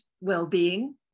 wellbeing